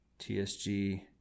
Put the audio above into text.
TSG